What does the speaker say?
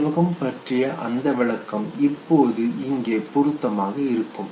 நினைவகம் பற்றி அந்த விளக்கம் இப்பொழுது இங்கே பொருத்தமாக இருக்கும்